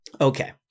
Okay